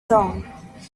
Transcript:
song